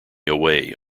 away